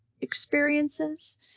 experiences